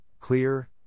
clear